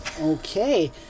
Okay